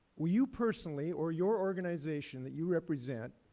will you personally, or your organization that you represent,